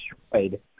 destroyed